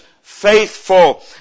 faithful